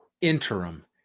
interim